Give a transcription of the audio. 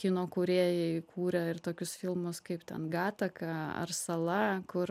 kino kūrėjai kūrę ir tokius filmus kaip ten gataka ar sala kur